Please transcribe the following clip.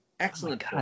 Excellent